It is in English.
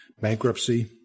Bankruptcy